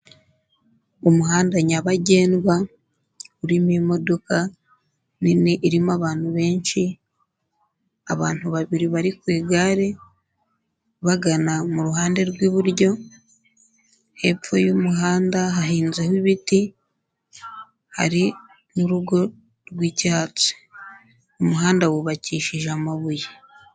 Umuhanda nyabagendwa urimo imodoka nini irimo abantu benshi, abantu babiri bari ku igare bagana muruhande rw'iburyo, hepfo y'umuhanda hahinzeho ibiti hari n'urugo rw'icyatsi. Umuhanda wubakishije amabuye.